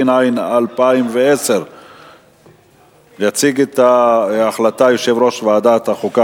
התשע"א 2010. יציג את ההחלטה יושב-ראש ועדת החוקה,